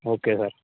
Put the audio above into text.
okay sir